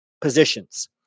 positions